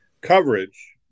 coverage